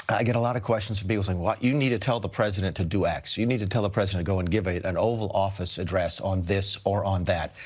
i get a lot of questions from people saying why you need to tell the president to do x, you need to tell the president to go and give it an oval office address on this or on that.